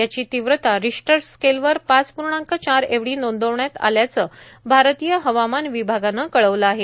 याची तीव्रता रिश्टर स्केलवर पाच पूर्णांक चार एवढी नोंदविण्यात आल्याचं भारतीय हवामान विभागानं कळवलं आहे